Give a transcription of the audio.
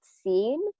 seen